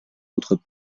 entre